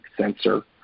sensor